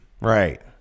Right